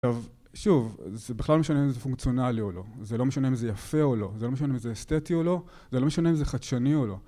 עכשיו שוב בכלל לא משנה אם זה פונקציונלי או לא, זה לא משנה אם זה יפה או לא, זה לא משנה אם זה אסתטי או לא, זה לא משנה אם זה חדשני או לא.